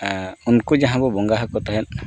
ᱟᱨ ᱩᱱᱠᱩ ᱡᱟᱦᱟᱸ ᱵᱚᱱ ᱵᱚᱸᱜᱟ ᱟᱠᱚ ᱛᱟᱦᱮᱸᱫ